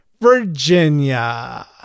Virginia